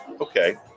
okay